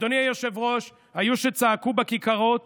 אדוני היושב-ראש, היו שצעקו בכיכרות